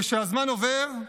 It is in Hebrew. כשהזמן עובר,